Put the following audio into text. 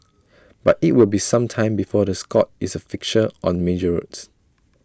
but IT will be some time before the Scot is A fixture on major roads